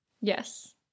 yes